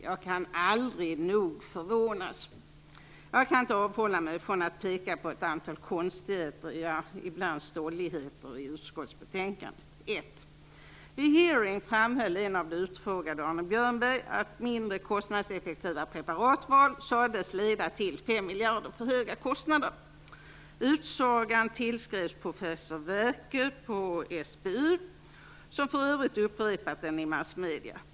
Jag kan aldrig nog förvånas. Jag kan inte avhålla mig från att peka på ett antal konstigheter, ja ibland stolligheter, i utskottsbetänkandet. Björnberg, att mindre kostnadseffektiva preparatval sades leda till 5 miljarder kronor för höga kostnader. Utsagan tillskrevs professor Werkö på SBU, som för övrigt upprepat den i massmedierna.